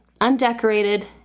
undecorated